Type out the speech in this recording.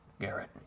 Garrett